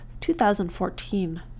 2014